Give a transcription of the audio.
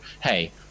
hey